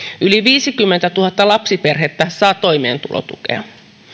yli viisikymmentätuhatta lapsiperhettä saa toimeentulotukea